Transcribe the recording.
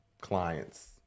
clients